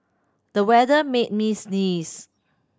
the weather made me sneeze